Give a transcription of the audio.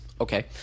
Okay